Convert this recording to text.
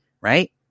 right